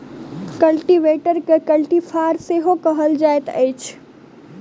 कल्टीवेटरकेँ कल्टी फार सेहो कहल जाइत अछि